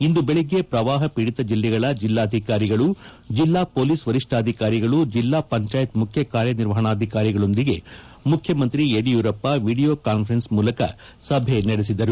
ಇಂದು ಬೆಳಗ್ಗೆ ಪ್ರವಾಹ ಪೀಡಿತ ಜಿಲ್ಲೆಗಳ ಜಿಲ್ಲಾಧಿಕಾರಿಗಳು ಜಿಲ್ಲಾ ಪೊಲೀಸ್ ವರಿಷ್ಠಾಧಿಕಾರಿಗಳು ಜಿಲ್ಲಾ ಪಂಚಾಯಿತಿ ಮುಖ್ಯ ನಿರ್ವಹಣಾಧಿಕಾರಿಗಳೊಂದಿಗೆ ಮುಖ್ಯಮಂತ್ರಿ ಯಡಿಯೂರಪ್ಪ ವಿಡಿಯೋ ಕಾನ್ಫರೆನ್ಸ್ ಮೂಲಕ ಸಭೆ ನಡೆಸಿದರು